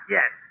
Yes